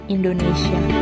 Indonesia